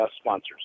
sponsors